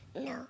No